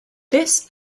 this